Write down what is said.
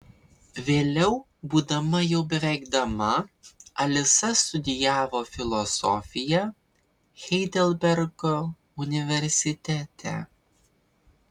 vėliau būdama jau beveik dama alisa studijavo filosofiją heidelbergo universitete